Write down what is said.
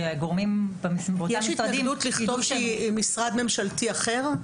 יש התנגדות לכתוב משרד משמלתי אחר?